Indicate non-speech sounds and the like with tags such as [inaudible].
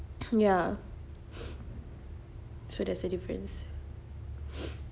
ya [breath] so there's a difference [breath]